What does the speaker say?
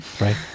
right